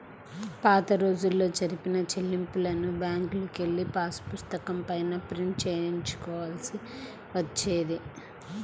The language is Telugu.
పాతరోజుల్లో జరిపిన చెల్లింపులను బ్యేంకుకెళ్ళి పాసుపుస్తకం పైన ప్రింట్ చేసుకోవాల్సి వచ్చేది